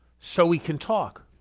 so we can talk,